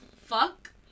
Fuck